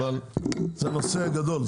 אבל זה נושא גדול,